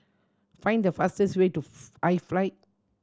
find the fastest way to iFly